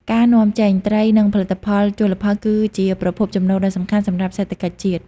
ការនាំចេញ ត្រីនិងផលិតផលជលផលគឺជាប្រភពចំណូលដ៏សំខាន់សម្រាប់សេដ្ឋកិច្ចជាតិ។